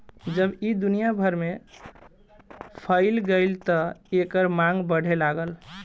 जब ई दुनिया भर में फइल गईल त एकर मांग बढ़े लागल